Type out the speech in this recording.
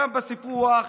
גם בסיפוח.